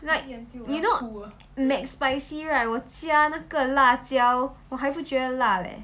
like you know mcspicy right 我加那个辣椒我还不觉得辣诶